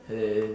hello